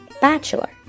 bachelor